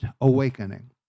Awakening